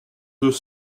deux